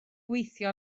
gweithio